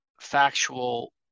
factual